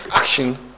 action